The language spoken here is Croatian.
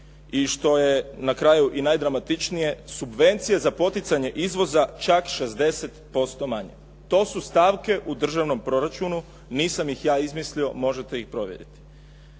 I što je na kraju i najdramatičnije, subvencije za poticanje izvoza čak 60% manje. To su stavke u državnom proračunu, nisam ih ja izmislio, možete ih provjeriti.